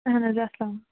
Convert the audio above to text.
اہن حظ السلام